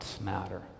matter